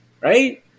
right